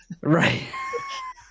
right